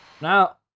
now